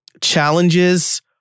challenges